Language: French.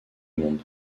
monde